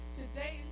today